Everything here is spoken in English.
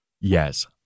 yes